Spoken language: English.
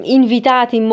invitati